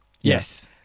Yes